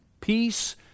Peace